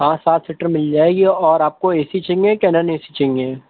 ہاں سات سیٹر مل جائے گی اور آپ کو اے سی چاہیے کہ نن اے سی چاہیے